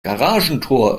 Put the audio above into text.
garagentor